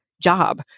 job